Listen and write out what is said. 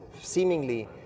seemingly